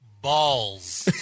Balls